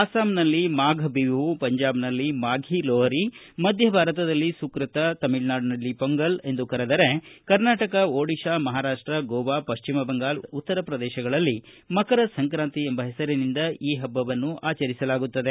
ಆಸ್ಲಾಂನಲ್ಲಿ ಮಾಫಬಿಹು ಪಂಜಾಬ್ನಲ್ಲಿ ಮಾಫಿ ಲೋಹರಿ ಮಧ್ಯ ಭಾರತದಲ್ಲಿ ಸುಕ್ರತ ತಮಿಳುನಾಡಿನಲ್ಲಿ ಪೊಂಗಲ್ ಎಂದು ಕರೆದರೆ ಕರ್ನಾಟಕ ಒಡಿಶಾ ಮಹಾರಾಷ್ಟ ಗೋವಾ ಪಶ್ಚಿಮ ಬಂಗಾಳ ಉತ್ತರ ಪ್ರದೇಶಗಳಲ್ಲಿ ಮಕರ ಸಂಕ್ರಾತಿ ಎಂಬ ಹೆಸರಿನಿಂದ ಈ ಹಬ್ಬವನ್ನು ಆಚರಿಸಲಾಗುತ್ತದೆ